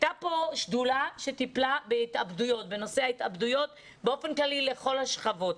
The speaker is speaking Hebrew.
הייתה כאן שדולה שטיפלה בנושא ההתאבדויות באופן כללי לכל השכבות.